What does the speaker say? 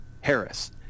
Harris